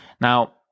Now